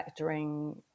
factoring